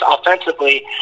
offensively